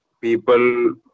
people